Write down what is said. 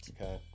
Okay